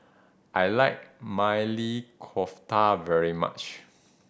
I like Maili Kofta very much